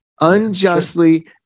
Unjustly